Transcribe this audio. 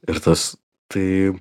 ir tas tai